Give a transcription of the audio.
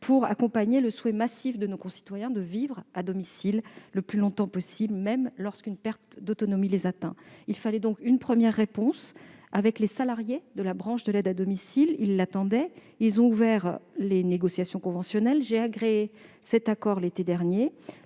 pour accompagner le souhait massif de nos concitoyens de vivre à domicile le plus longtemps possible, même lorsqu'une perte d'autonomie les atteint. Il fallait donc apporter une première réponse aux salariés de la branche de l'aide à domicile. Ils l'attendaient. Ils ont ouvert des négociations conventionnelles, et j'ai agréé leurs accords l'été dernier.